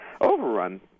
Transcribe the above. overrun